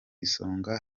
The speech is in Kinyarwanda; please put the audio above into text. isonga